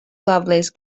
lovelace